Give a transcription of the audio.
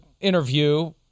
interview